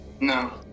No